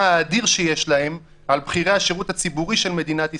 האדיר שיש להם על בכירי השירות הציבורי של מדינת ישראל,